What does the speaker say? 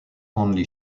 only